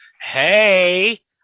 hey